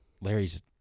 Larry's